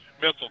Missile